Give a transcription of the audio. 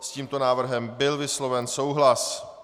S tímto návrhem byl vysloven souhlas.